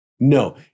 No